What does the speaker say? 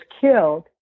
killed